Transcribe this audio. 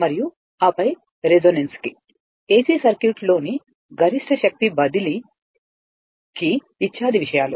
మరియు ఆపై రెసొనెన్స్ కి ఎసి సర్క్యూట్లో ని గరిష్ట శక్తి బదిలీ కి ఇత్యాది విషయాలు